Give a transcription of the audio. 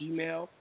Gmail